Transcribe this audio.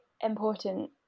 important